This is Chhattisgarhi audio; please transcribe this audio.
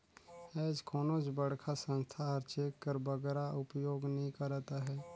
आएज कोनोच बड़खा संस्था हर चेक कर बगरा उपयोग नी करत अहे